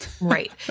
right